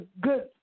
good